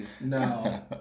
No